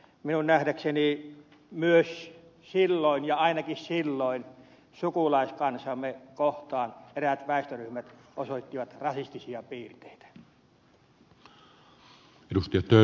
minun nähdäkseni myös silloin ja ainakin silloin sukulaiskansaamme kohtaan eräät väestöryhmät osoittivat rasistisia piirteitä